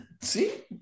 See